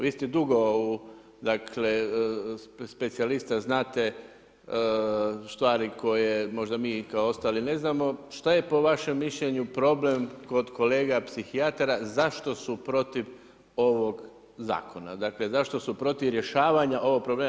Vi ste dugo u dakle, specijalista znate stvari, koje možda mi kao ostali ne znamo što je po vašem mišljenju problem kod kolega psihijatara zašto su protiv ovog zakona, dakle zašto su protiv rješavanja ovog problema.